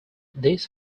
this